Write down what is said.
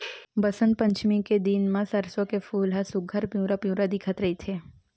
बसंत पचमी के दिन म सरसो के फूल ह सुग्घर पिवरा पिवरा दिखत रहिथे